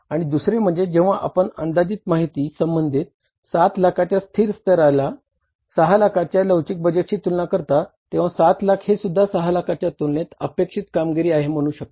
आणि दुसरे म्हणजे जेव्हा आपण अंदाजित माहिती संबंधित 7 लाखाच्या स्थिर स्तराला 6 लाखाच्या लवचिक बजेटशी तुलना करता तेंव्हा 7 लाख हे सुद्धा 6 लाखाच्या तुलनेत अपेक्षित कामगिरी आहे म्हणू शकता